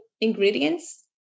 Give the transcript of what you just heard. ingredients